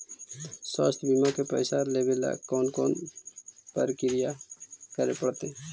स्वास्थी बिमा के पैसा लेबे ल कोन कोन परकिया करे पड़तै?